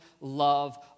love